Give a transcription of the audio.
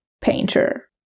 painter